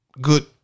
good